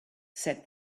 said